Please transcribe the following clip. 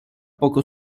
poco